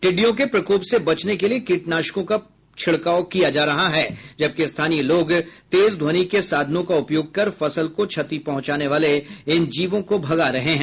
टिडि़डयों के प्रकोप से बचने के लिए कीटनाशकों का छिड़काव किया जा रहा है जबकि स्थानीय लोग तेज ध्वनि के साधनों का उपयोग कर फसल को क्षति पहुंचाने वाले इन जीवों को भगा रहे हैं